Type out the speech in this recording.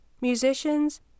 musicians